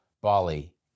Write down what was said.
Bali